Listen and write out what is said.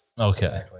Okay